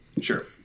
sure